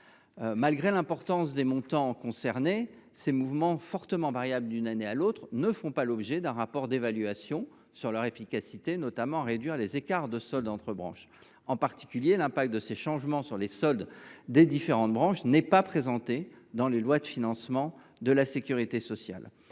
Malgré l’importance des montants concernés, ces mouvements, fortement variables d’une année à l’autre, ne font pas l’objet d’un rapport d’évaluation sur leur efficacité, notamment pour réduire les écarts de solde entre branches. En particulier, l’impact de ces changements sur les soldes des différentes branches n’est pas présenté dans les lois de financement de la sécurité sociale.